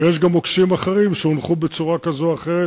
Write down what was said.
ויש גם מוקשים אחרים שהונחו בצורה כזו או אחרת